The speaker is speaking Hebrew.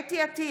חוה אתי עטייה,